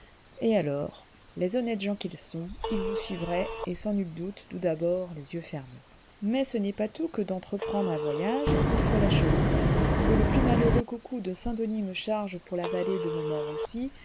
et alors les honnêtes gens qu'ils sont ils vous suivraient et sans nul doute tout d'abord les yeux fermés mais ce n'est pas tout que d'entreprendre un voyage il faut l'achever que le plus malheureux coucou de saint-denis me charge pour la vallée de